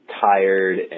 tired